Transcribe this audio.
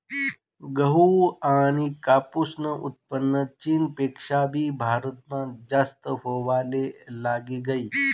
गहू आनी कापूसनं उत्पन्न चीनपेक्षा भी भारतमा जास्त व्हवाले लागी गयी